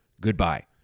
Goodbye